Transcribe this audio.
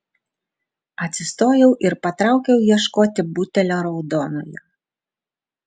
atsistojau ir patraukiau ieškoti butelio raudonojo